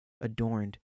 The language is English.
adorned